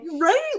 right